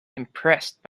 impressed